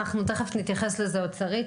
אנחנו תכף נתייחס לזה אוצרית.